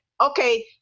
Okay